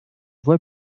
voie